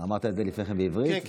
אמרת את זה לפני כן בעברית?